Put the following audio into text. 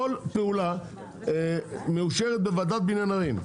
כל פעולה מאושרת בוועדת בניין ערים.